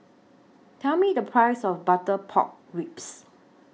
Tell Me The Price of Butter Pork Ribs